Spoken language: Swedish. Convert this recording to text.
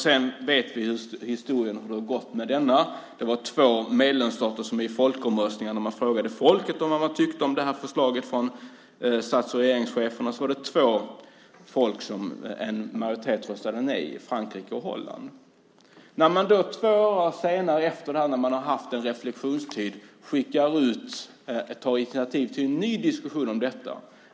Sedan vet vi hur det har gått med detta. När man frågade folket i folkomröstningar vad de tyckte om det här förslaget från stats och regeringscheferna var det en majoritet av folket i två länder som röstade nej, Frankrike och Holland. Två år senare, när man har haft en reflexionstid, tar man initiativ till en ny diskussion om detta.